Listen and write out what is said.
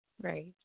right